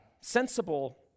sensible